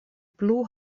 plu